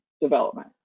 development